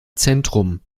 zentrum